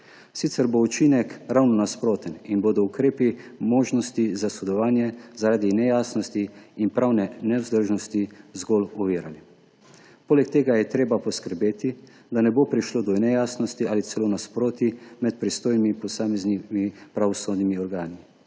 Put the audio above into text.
Sicer bo učinek ravno nasproten in bodo ukrepi možnosti za sodelovanje zaradi nejasnosti in pravne nevzdržnosti zgolj ovirali. Poleg tega je treba poskrbeti, da ne bo prišlo do nejasnosti ali celo nasprotij med pristojnimi posameznimi pravosodnimi organi.